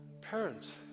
Parents